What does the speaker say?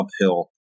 uphill